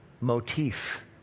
motif